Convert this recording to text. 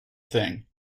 thing